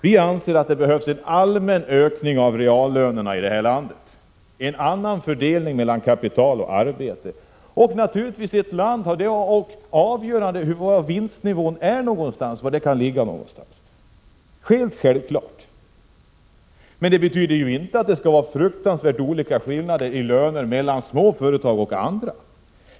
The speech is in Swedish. Vi anser att det behövs en allmän ökning av lönerna i detta land, en annan fördelning mellan kapital och arbete. Naturligtvis är vinstnivån i ett land av avgörande betydelse. Men det betyder ju inte att det skall vara fruktansvärt stor skillnad i fråga om lön i små företag och andra företag.